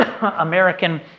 American